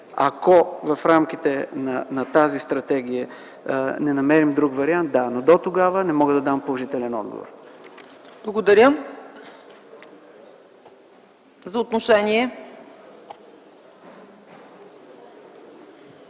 Ако в рамките на тази стратегия не намерим друг вариант – да, но дотогава не мога да дам положителен отговор. ПРЕДСЕДАТЕЛ ЦЕЦКА